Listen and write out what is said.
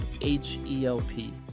H-E-L-P